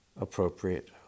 appropriate